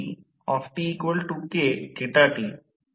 05 Ω आहे